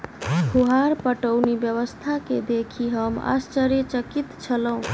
फुहार पटौनी व्यवस्था के देखि हम आश्चर्यचकित छलौं